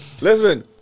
listen